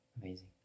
Amazing